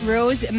Rose